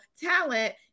talent